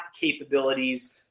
capabilities